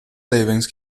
savings